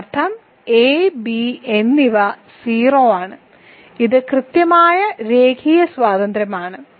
അതിനർത്ഥം a b എന്നിവ 0 ആണ് ഇത് കൃത്യമായി രേഖീയ സ്വാതന്ത്ര്യമാണ്